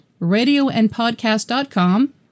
radioandpodcast.com